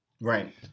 Right